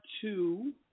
two